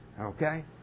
Okay